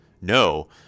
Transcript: No